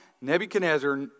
Nebuchadnezzar